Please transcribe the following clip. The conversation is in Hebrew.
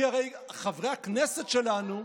כי הרי חברי הכנסת שלנו,